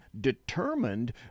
determined